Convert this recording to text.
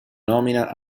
nomina